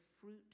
fruit